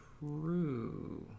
true